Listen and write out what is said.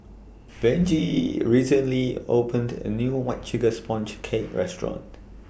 Benji recently opened A New White Sugar Sponge Cake Restaurant